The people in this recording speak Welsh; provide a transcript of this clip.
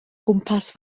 gwmpas